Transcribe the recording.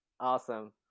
Awesome